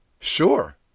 Sure